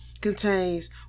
contains